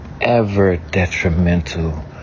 ever-detrimental